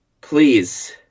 please